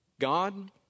God